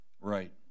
Right